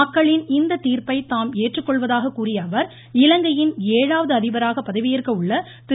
மக்களின் இந்த தீர்ப்பை தாம் ஏற்றுக்கொள்வதாகவும் கூறிய அவர் இலங்கையின் ஏழாவது அதிபராக பதவியேற்க உள்ள திரு